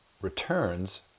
returns